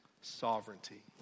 sovereignty